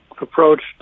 approached